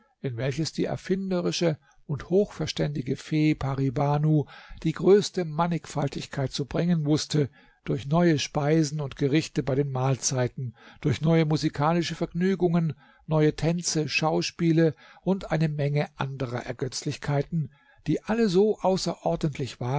in welches die erfinderische und hochverständige fee pari banu die größte mannigfaltigkeit zu bringen wußte durch neue speisen und gerichte bei den mahlzeiten durch neue musikalische vergnügungen neue tänze schauspiele und eine menge anderer ergötzlichkeiten die alle so außerordentlich waren